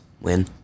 Win